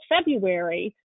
February